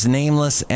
nameless